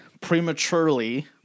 prematurely